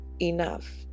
enough